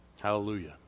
Hallelujah